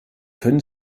können